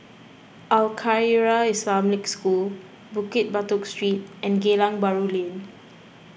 Al Khairiah Islamic School Bukit Batok Street and Geylang Bahru Lane